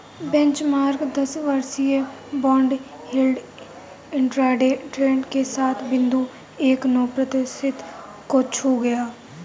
benchmark दस वर्षीय bond yield intraday trade में सात बिंदु एक नौ प्रतिशत को छू गया